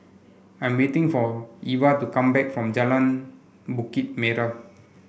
I am waiting for Ivah to come back from Jalan Bukit Merah